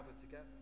together